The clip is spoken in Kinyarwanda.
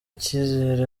icyizere